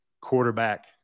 quarterback